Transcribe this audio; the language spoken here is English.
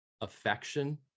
affection